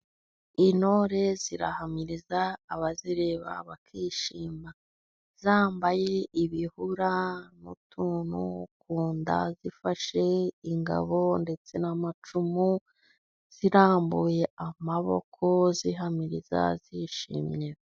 Intore zirahamiriza abazireba bakishima, zambaye ibishura n' utuntu ku nda, zifashe ingabo ndetse n' amacumu zirambuye amaboko zihamiriza zishimye.